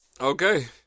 Okay